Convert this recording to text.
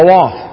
off